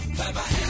Bye-bye